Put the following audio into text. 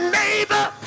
neighbor